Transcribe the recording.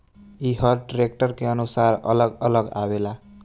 ई हर ट्रैक्टर के अनुसार अलग अलग आवेला